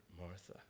Martha